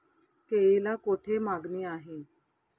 केळीला कोठे मागणी आहे?